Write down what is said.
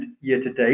year-to-date